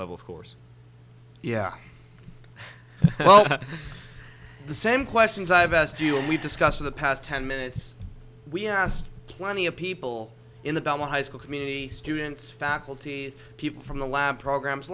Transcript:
level of course yeah well the same questions i've asked you and we've discussed in the past ten minutes we asked plenty of people in the bell high school community students faculty people from the lab programs